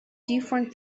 different